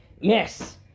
Yes